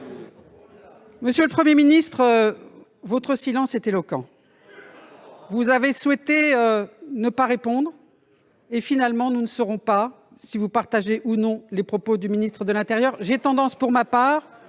Monsieur le Premier ministre, votre silence est éloquent. Vous avez souhaité ne pas répondre et, finalement, nous ne saurons pas si vous partagez ou non les propos du ministre de l'intérieur. Pour ma part,